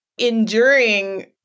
Enduring